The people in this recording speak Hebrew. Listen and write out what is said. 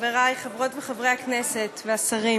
חברי חברות וחברי הכנסת והשרים,